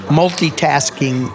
multitasking